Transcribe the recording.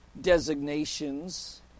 designations